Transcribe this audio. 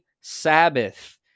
Sabbath